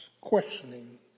questioning